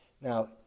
now